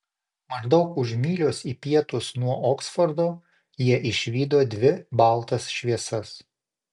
maždaug už mylios į pietus nuo oksfordo jie išvydo dvi baltas šviesas